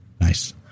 Nice